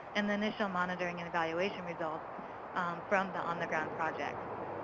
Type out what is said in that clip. and the initial monitoring and evaluation results from the um the ground projects.